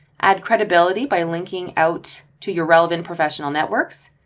add credibility by linking out to your relevant professional networks.